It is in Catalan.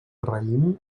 raïm